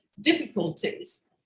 difficulties